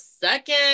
second